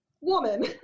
woman